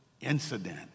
incident